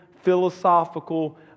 philosophical